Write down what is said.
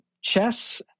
Chess